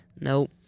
Nope